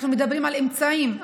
אנחנו מדברים על אמצעים,